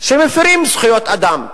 שמפירים זכויות אדם,